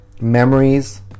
memories